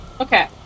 Okay